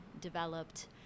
developed